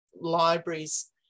libraries